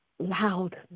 loud